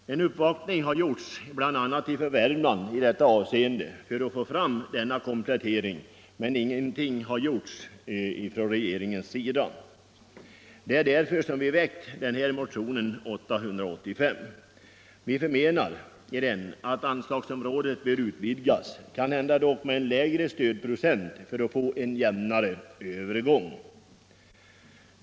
En uppvaktning har skett — bl.a. från Värmland — för att få fram denna komplettering, men regeringen har ingenting gjort i detta avseende. Därför har vi väckt motionen 885. Vi förmenar i den att anslagsområdet bör utvidgas — kanhända dock med en lägre stödprocent för att få en jämnare övergång.